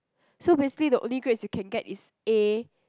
so basically the only grades you can get is A